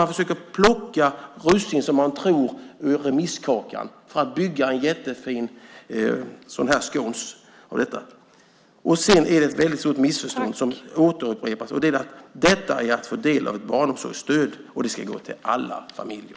Man försöker plocka russinen ur remisskakan för att bygga ett jättefint scones av det. Det är ett väldigt stort missförstånd som upprepas. Detta är att få del av ett barnomsorgsstöd, och det ska gå till alla familjer.